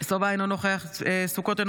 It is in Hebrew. ארז מלול, אינו נוכח יוליה מלינובסקי, אינה